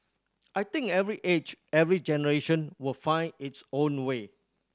I think every age every generation will find its own way